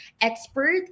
expert